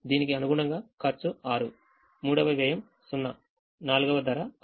దీనికి అనుగుణంగా ఖర్చు ఆరు మూడవ వ్యయం 0 నాల్గవ ధర ఆరు